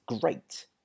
great